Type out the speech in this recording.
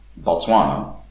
Botswana